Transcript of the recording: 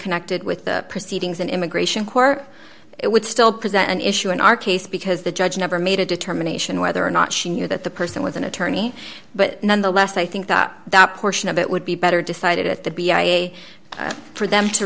connected with the proceedings in immigration court it would still present an issue in our case because the judge never made a determination whether or not she knew that the person was an attorney but nonetheless i think that that portion of it would be better decided at the be a for them to